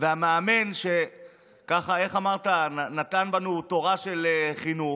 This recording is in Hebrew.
והמאמן, שככה, איך אמרת, נתן בנו תורה של חינוך.